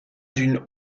une